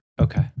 Okay